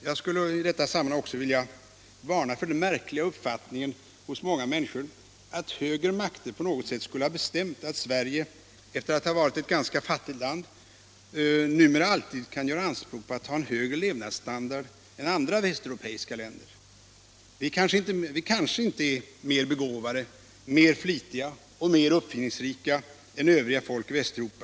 Jag skulle i detta sammanhang också vilja varna för den märkliga uppfattningen hos många människor att högre makter på något sätt skulle ha bestämt att Sverige, efter att ha varit ett ganska fattigt land, numera alltid kan göra anspråk på att ha en högre levnadsstandard än andra västeuropeiska länder. Vi är kanske inte mer begåvade, mer flitiga och mer uppfinningsrika än övriga folk i Västeuropa.